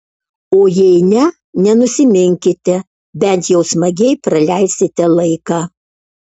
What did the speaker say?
o jei ne nenusiminkite bent jau smagiai praleisite laiką